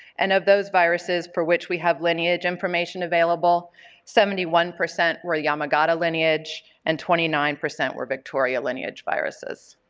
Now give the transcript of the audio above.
and of those viruses for which we have lineage information available seventy one percent were yamagata lineage and twenty nine percent were victoria lineage viruses.